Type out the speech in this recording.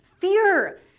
fear